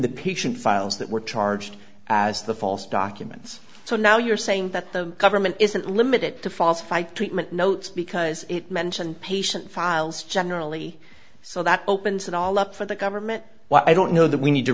in files that were charged as the false documents so now you're saying that the government isn't limited to phosphate treatment notes because it mentioned patient files generally so that opens it all up for the government why i don't know that we need to